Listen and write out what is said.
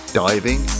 diving